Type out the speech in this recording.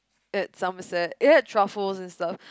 at somerset it had truffles and stuff